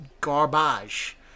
Garbage